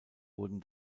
wurden